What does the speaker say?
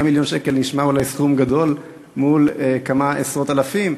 100 מיליון שקל נשמע אולי סכום גדול מול כמה עשרות אלפים,